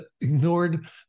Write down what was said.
ignored